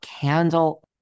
candle